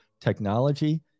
technology